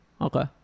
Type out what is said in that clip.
Okay